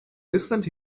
recent